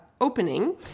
opening